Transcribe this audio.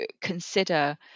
consider